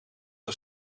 een